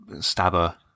stabber